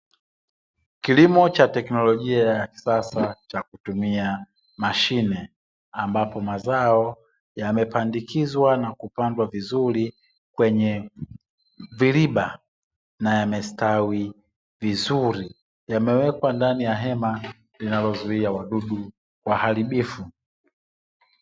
Kilimo cha teknolojia ya kisasa cha kutumia mashine ambapo mazao yamepandikizwa na kupangiliwa vizuri kwenye viroba na yamestawi vizuri. Yamewekwa ndani ya hema linalozuia wadudu waharibifu.